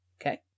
Okay